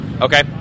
Okay